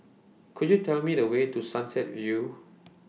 Could YOU Tell Me The Way to Sunset View